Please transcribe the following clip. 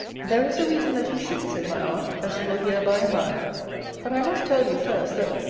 there is a reason that he should, said my aunt, as you will hear by-and by but i must tell you, first, that,